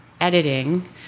editing